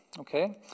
okay